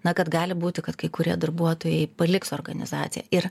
na kad gali būti kad kai kurie darbuotojai paliks organizaciją ir